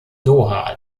doha